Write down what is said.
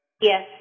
Yes